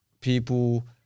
people